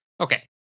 Okay